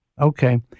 Okay